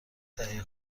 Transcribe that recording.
تهیه